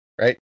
right